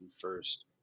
first